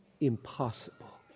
impossible